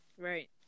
Right